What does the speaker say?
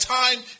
time